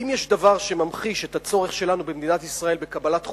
אם יש דבר שממחיש את הצורך שלנו במדינת ישראל בקבלת חוקה,